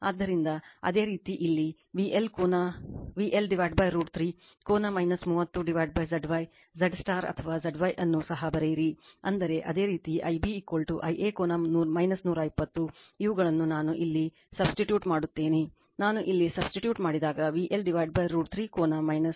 ಆದ್ದರಿಂದ ಅದೇ ರೀತಿ ಇಲ್ಲಿ VL √ 3 ಕೋನ 30 Zy Z ಅಥವಾ Zy ಅನ್ನು ಸಹ ಬರೆಯಿರಿ ಅಂದರೆ ಅದೇ ರೀತಿ Ib Ia ಕೋನ 120 ಇವುಗಳನ್ನು ನಾನು ಇಲ್ಲಿ ಸಬ್ಸ್ಟಿಟ್ಯೂಟ್ ಮಾಡುತ್ತೇನೆ ನಾನು ಇಲ್ಲಿ ಸಬ್ಸ್ಟಿಟ್ಯೂಟ್ ಮಾಡಿದಾಗVL √ 3 ಕೋನ 150 Z y ವನ್ನು ಪಡೆಯುತ್ತೇನೆ